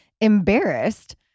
embarrassed